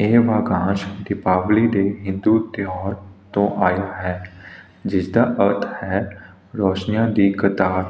ਇਹ ਵਾਕੰਸ਼ ਦੀਪਾਵਲੀ ਦੇ ਹਿੰਦੂ ਤਿਉਹਾਰ ਤੋਂ ਆਏ ਹੈ ਜਿਸ ਦਾ ਅਰਥ ਹੈ ਰੌਸ਼ਨੀਆਂ ਦੀ ਕਤਾਰ